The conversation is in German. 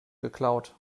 geklaut